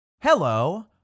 Hello